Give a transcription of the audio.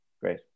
great